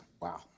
Wow